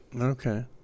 Okay